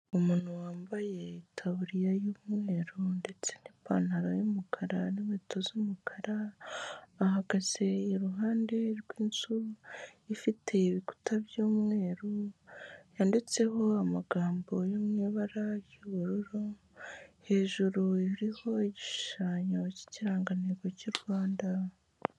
Umuntu wambaye itabuririya y'umweru ndetse n'ipantaro y'umukara n'inkweto z'umukara, ahagaze iruhande rw'inzu ifite ibikuta by'umweru yanditseho amagambo yo mu ibara ry'ubururu, hejuru hariho igishushanyo cy'ikirangantego cy'u Rwanda.